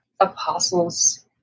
apostles